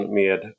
med